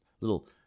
little